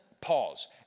pause